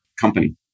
company